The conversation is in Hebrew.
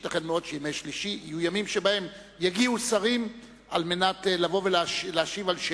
שכן כאן המקום שבו הם ממלאים את שליחותם וגם מקבלים את